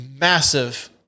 massive